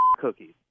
cookies